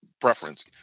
preference